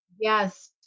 Yes